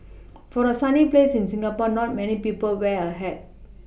for a sunny place in Singapore not many people wear a hat